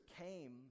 came